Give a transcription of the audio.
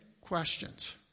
Questions